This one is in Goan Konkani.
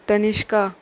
तनश्का